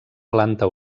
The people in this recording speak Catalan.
planta